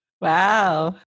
Wow